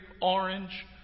orange